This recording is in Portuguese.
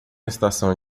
estação